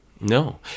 No